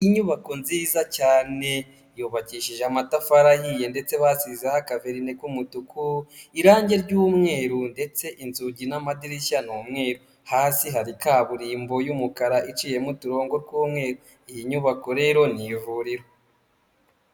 Inyubako nziza cyane, yubakishije amatafari ahiye ndetse basizeho akaverine k'umutuku, irangi ry'umweru ndetse inzugi n'amadirishya ni umweru, hasi hari kaburimbo y'umukara iciyemo uturongo tw'umweru, iyi nyubako rero ni ivuriro.